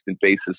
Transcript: basis